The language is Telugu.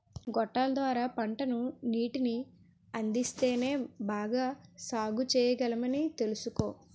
గొట్టాల ద్వార పంటకు నీటిని అందిస్తేనే బాగా సాగుచెయ్యగలమని తెలుసుకో